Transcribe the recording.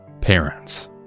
Parents